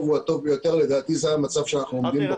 הוא הטוב ביותר ולדעתי זה המצב בו אנחנו עומדים.